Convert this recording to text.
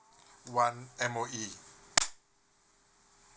one M_O_E